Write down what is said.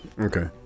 Okay